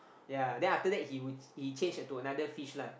yea then after that he would he change a to another fish lah